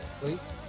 please